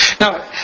Now